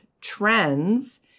trends